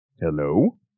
Hello